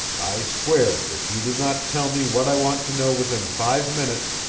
i swear if you do not tell me what i want to know within five minutes,